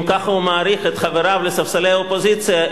אם ככה הוא מעריך את חבריו לספסלי האופוזיציה,